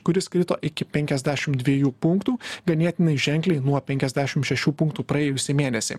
kuris krito iki penkiasdešim dviejų punktų ganėtinai ženkliai nuo penkiasdešim šešių punktų praėjusį mėnesį